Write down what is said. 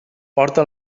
porta